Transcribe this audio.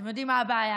אתם יודעים מה הבעיה?